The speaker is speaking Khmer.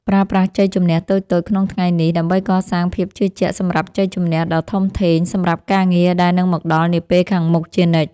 ប្រើប្រាស់ជ័យជម្នះតូចៗក្នុងថ្ងៃនេះដើម្បីកសាងភាពជឿជាក់សម្រាប់ជ័យជម្នះដ៏ធំធេងសម្រាប់ការងារដែលនឹងមកដល់នាពេលខាងមុខជានិច្ច។